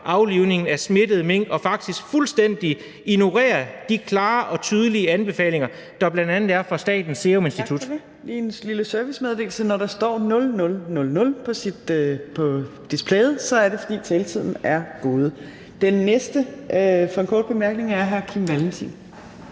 aflivningen af smittede mink og faktisk fuldstændig ignorere de klare og tydelige anbefalinger, der bl.a. er fra Statens Serum Institut.